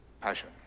passion